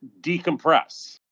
decompress